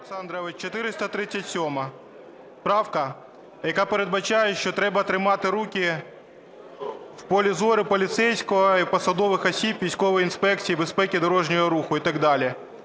О.А. Дмитре Олександровичу, 437 правка, яка передбачає, що треба тримати руки в полі зору поліцейського і посадових осіб військової інспекції, безпеки дорожнього руху і так далі.